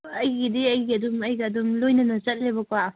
ꯑꯩꯒꯤꯗꯤ ꯑꯩꯒꯤ ꯑꯗꯨꯝ ꯑꯩꯒ ꯑꯗꯨꯝ ꯂꯣꯏꯅꯅ ꯆꯠꯂꯦꯕꯀꯣ